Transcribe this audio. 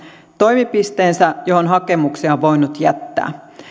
toimipisteensä johon hakemuksia on voinut jättää